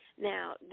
Now